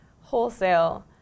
wholesale